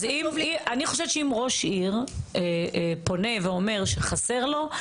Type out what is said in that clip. אני חושבת שאם ראש עיר פונה ואומר שחסר לו,